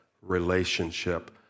Relationship